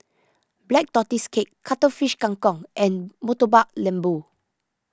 Black Tortoise Cake Cuttlefish Kang Kong and Murtabak Lembu